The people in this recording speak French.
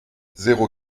zéro